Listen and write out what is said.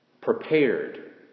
prepared